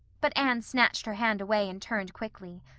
but anne snatched her hand away and turned quickly.